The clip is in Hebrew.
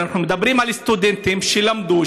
אנחנו מדברים על סטודנטים שלמדו,